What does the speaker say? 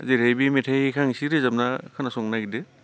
जेरै बे मेथाइखो आं एसे रोजाबना खोनासंहोनो नागेरदो